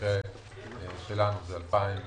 במקרה שלנו זה 2019,